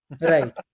Right